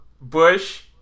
Bush